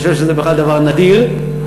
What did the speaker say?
גם מרגי.